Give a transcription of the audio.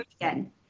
again